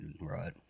right